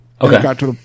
Okay